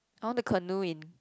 I wanna canoe in